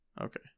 Okay